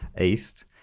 East